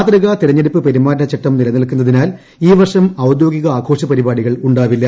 മാതൃകാ തെരഞ്ഞെടുപ്പ് പെരുമാറ്റച്ചട്ടം നിലനിൽക്കുന്നതിനാൽ ഈ വർഷം ഔദ്യോഗിക ആഘോഷപരിപാടികൾ ഉണ്ടാവില്ല